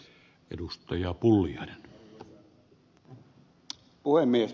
arvoisa puhemies